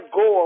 go